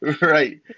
Right